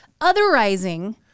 otherizing